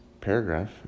paragraph